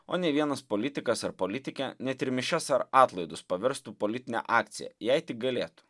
o ne vienas politikas ar politikė net ir mišias ar atlaidus pavirstų politine akcija jei tik galėtų